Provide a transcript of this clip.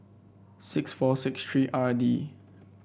six four six three R D